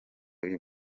uyu